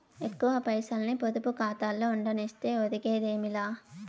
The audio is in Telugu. ఎక్కువ పైసల్ని పొదుపు కాతాలో ఉండనిస్తే ఒరిగేదేమీ లా